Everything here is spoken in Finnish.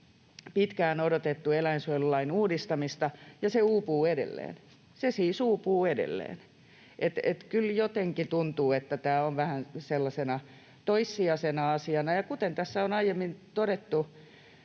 pitkään odotettu eläinsuojelulain uudistamista, ja se uupuu edelleen. Se siis uupuu edelleen. Kyllä jotenkin tuntuu, että tämä on vähän sellaisena toissijaisena asiana. Ja kuten tässä on aiemmin todettu,